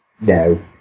No